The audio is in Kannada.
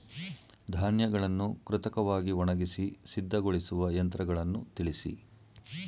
ಧಾನ್ಯಗಳನ್ನು ಕೃತಕವಾಗಿ ಒಣಗಿಸಿ ಸಿದ್ದಗೊಳಿಸುವ ಯಂತ್ರಗಳನ್ನು ತಿಳಿಸಿ?